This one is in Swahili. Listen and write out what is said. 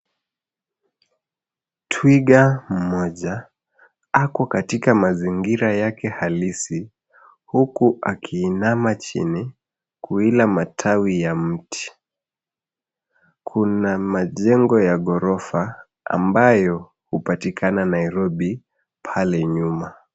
Twiga mmoja ako katika mazingira yake halisi huku akiinama chini kuila matawi ya mti. Kuna majengo ya ghorofa ambayo hupatikana Nairobi pale nyuma.